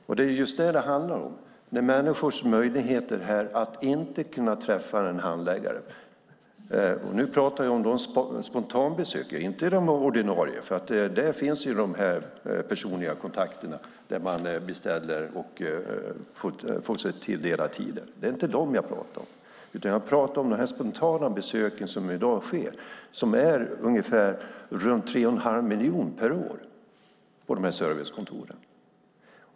Det är just vad det handlar om - människors möjligheter att träffa en handläggare. Nu pratar jag om spontanbesöken, inte de ordinarie. Där finns nämligen de personliga kontakterna, där man beställer tid eller får den sig tilldelad. Det är inte dessa besök jag pratar om, utan jag pratar om de spontana besök som i dag sker och som är ungefär tre och en halv miljon per år på servicekontoren.